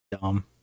dumb